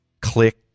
click